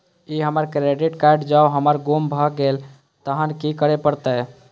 ई हमर credit card जौं हमर गुम भ गेल तहन की करे परतै?